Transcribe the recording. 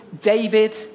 David